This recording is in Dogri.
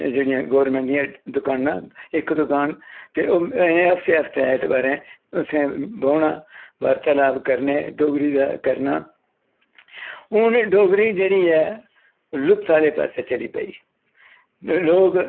ते जेह्ड़ियां गौरमैंट दियां दकानां इक दकान ते इ'नें हफ्ते हफ्ते ऐतबारें उत्थें बौह्ना वार्तालाप करने डोगरी दा करना हून डोगरी जेह्ड़ी ऐ लुप्त आह्ले पास्सै चली पेई लोग